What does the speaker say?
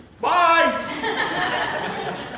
Bye